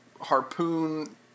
harpoon